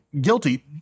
guilty